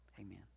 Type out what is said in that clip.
Amen